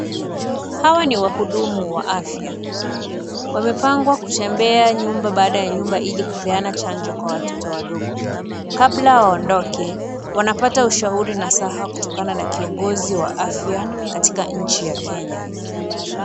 Hawa ni wahudumu wa afya wamepangwa kutembea nyumba baada ya nyumba ijee kupeana chanjo Kwa watoto wadogo, kabla waondoke wanapata ushauri nasaha kutokana kiongozi wa afya katika nchi Kenya.